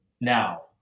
now